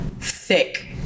thick